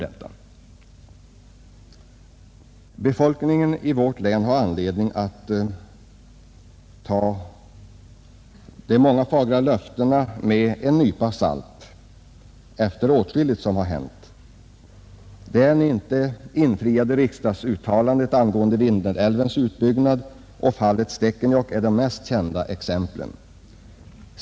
Efter allt som har hänt har befolkningen i Västerbottens län anledning att ta de många fagra löftena med en nypa salt. Det ännu inte infriade löftet i riksdagsuttalandet angående Vindelälvens utbyggnad och fallet Stekenjokk är de mest kända exemplen.